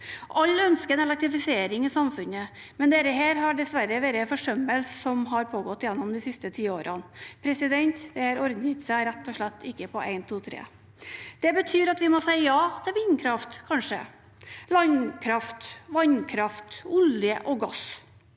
Alle ønsker en elektrifisering av samfunnet, men dette har dessverre vært en forsømmelse som har pågått gjennom de siste 10 årene. Det ordner seg rett og slett ikke på én, to, tre. Det betyr at vi må si ja til vindkraft – kanskje – landkraft, vannkraft og olje og gass